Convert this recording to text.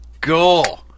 go